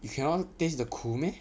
you cannot taste the 苦 meh